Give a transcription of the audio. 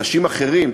אנשים אחרים,